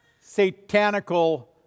satanical